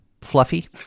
fluffy